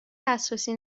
دسترسی